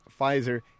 Pfizer